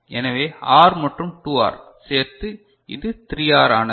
எனவே ஆர் மற்றும் 2 ஆர் சேர்த்து இது 3 ஆர் ஆனது